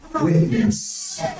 Witness